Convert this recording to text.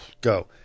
Go